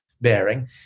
bearing